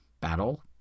Battle